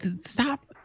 stop